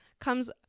comes